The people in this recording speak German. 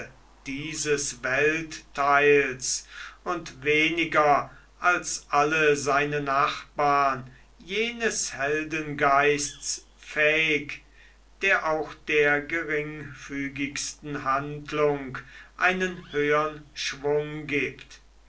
dieses welttheils und weniger als alle seine nachbarn jenes heldengeists fähig der auch der geringfügigsten handlung einen höhern schwung gibt